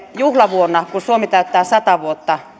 juhlavuonna kun suomi täyttää sata vuotta